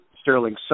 Sterling